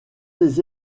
les